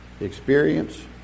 Experience